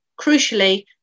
Crucially